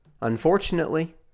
unfortunately